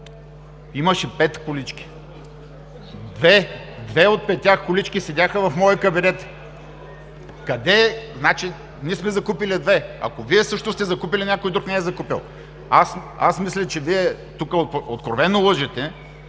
имаше пет колички – две от петте колички седяха в моя кабинет. Ние сме закупили две. Ако Вие също сте закупили, някой друг не е закупил. Аз мисля, че Вие тук откровено лъжете,